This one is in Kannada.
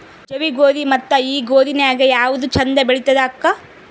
ಜವಿ ಗೋಧಿ ಮತ್ತ ಈ ಗೋಧಿ ನ್ಯಾಗ ಯಾವ್ದು ಛಂದ ಬೆಳಿತದ ಅಕ್ಕಾ?